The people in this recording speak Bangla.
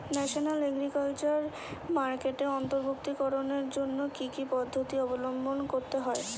ন্যাশনাল এগ্রিকালচার মার্কেটে অন্তর্ভুক্তিকরণের জন্য কি কি পদ্ধতি অবলম্বন করতে হয়?